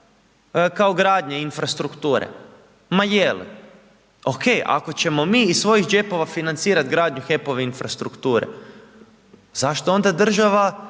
kao gradnje, infrastrukture, ma je li? Ok ako ćemo mi iz svojih džepova financirati gradnju HEP-ove infrastrukture, zašto onda država